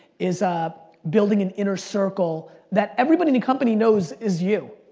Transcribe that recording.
is ah building an inner circle that everybody in the company knows is you.